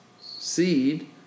seed